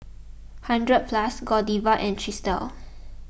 hundred Plus Godiva and Chesdale